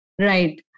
Right